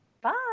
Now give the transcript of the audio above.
Bye